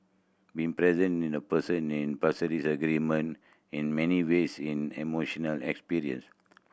being present in a person Paris Agreement in many ways an emotional experience